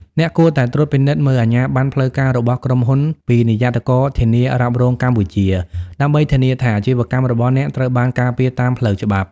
អ្នកគួរតែត្រួតពិនិត្យមើលអាជ្ញាបណ្ណផ្លូវការរបស់ក្រុមហ៊ុនពី និយ័តករធានារ៉ាប់រងកម្ពុជា ដើម្បីធានាថាអាជីវកម្មរបស់អ្នកត្រូវបានការពារតាមផ្លូវច្បាប់។